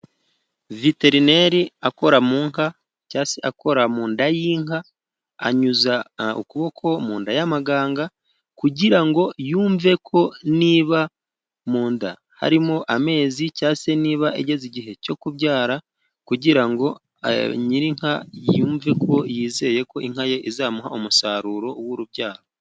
Veterineri akora mu nka cyangwa se akora mu nda y'inka, anyuza ukuboko mu nda y'amaganga kugira ngo yumve ko niba mu nda harimo amezi, cyangwa se niba ageze igihe cyo kubyara kugira ngo nyirininka yumve ko yizeye ko inka ye izamuha umusaruro w'urubyaro.